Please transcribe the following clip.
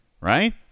right